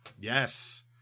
Yes